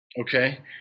Okay